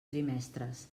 trimestres